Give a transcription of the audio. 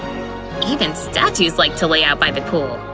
even statues like to lay out by the pool!